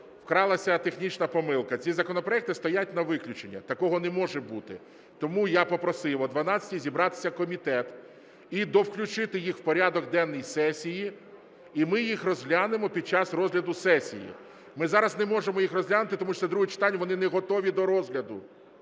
вкралася технічна помилка, ці законопроекти стоять на виключення, а такого не може бути. Тому я попросив о 12:00 зібратися комітет і довключити їх в порядок денний сесії, і ми їх розглянемо під час розгляду сесії. Ми зараз не можемо їх розглянути, тому що це друге читання, вони не готові до розгляду.